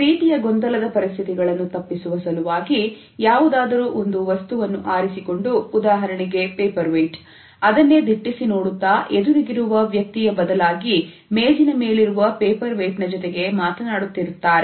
ಈ ರೀತಿಯ ಗೊಂದಲದ ಪರಿಸ್ಥಿತಿಗಳನ್ನು ತಪ್ಪಿಸುವ ಸಲುವಾಗಿ ಯಾವುದಾದರೂ ಒಂದು ವಸ್ತುವನ್ನು ಆರಿಸಿಕೊಂಡು ಉದಾಹರಣೆಗೆ paper weight ಅದನ್ನೇ ದಿಟ್ಟಿಸಿ ನೋಡುತ್ತಾ ಎದುರಿಗಿರುವ ವ್ಯಕ್ತಿಯ ಬದಲಾಗಿ ಮೇಜಿನ ಮೇಲಿರುವ ಪೇಪರ್ವೈಟ್ ನ ಜೊತೆಗೆ ಮಾತನಾಡುತ್ತಿರುತ್ತಾರೆ